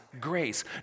grace